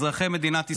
אזרחי מדינת ישראל.